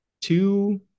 two